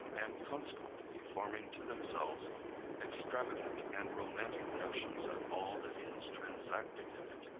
and consequently forming to themselves extravagant and romantic notions of all that is transacted in it.